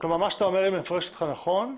מה שאתה אומר, אם אני מפרש אותך נכון,